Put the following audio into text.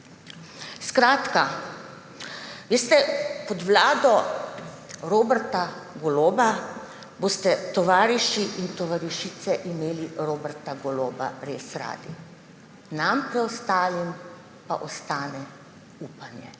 Skratka, veste, pod vlado Roberta Goloba boste tovariši in tovarišice imeli Roberta Goloba res radi, nam preostalim pa ostane upanje.